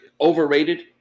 overrated